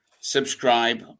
Subscribe